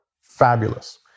Fabulous